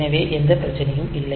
எனவே எந்த பிரச்சனையும் இல்லை